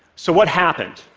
so what happened?